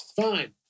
Fine